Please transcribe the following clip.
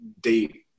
date